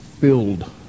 filled